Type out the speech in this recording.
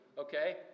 okay